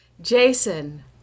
jason